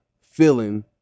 feeling